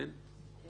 כן.